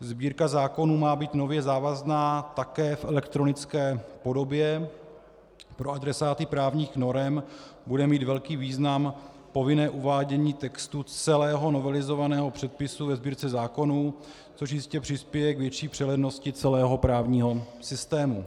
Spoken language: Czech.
Sbírka zákonů má být nově závazná také v elektronické podobě, pro adresáty právních norem bude mít velký význam také povinné uvádění textů celého novelizovaného předpisu ve Sbírce zákonů, což jistě přispěje k větší přehlednosti celého právního systému.